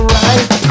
right